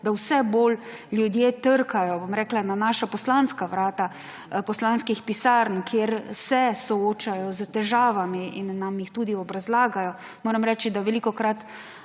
da vse bolj ljudje trkajo na naša poslanska vrata poslanskih pisarn, ker se soočajo s težavami in nam jih tudi obrazlagajo. Moram reči, da velikokrat